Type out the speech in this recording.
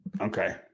Okay